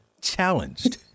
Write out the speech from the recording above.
challenged